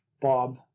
Bob